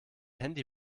handy